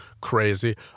crazy